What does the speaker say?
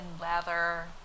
leather